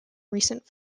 recent